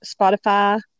spotify